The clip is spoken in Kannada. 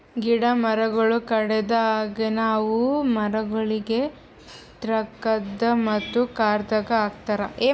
ಗಿಡ ಮರಗೊಳ್ ಕಡೆದ್ ಆಗನ ಅವು ಮರಗೊಳಿಗ್ ಟ್ರಕ್ದಾಗ್ ಮತ್ತ ಕಾರದಾಗ್ ಹಾಕತಾರ್